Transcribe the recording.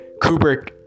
Kubrick